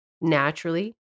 naturally